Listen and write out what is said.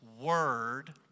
word